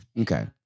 Okay